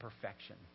perfection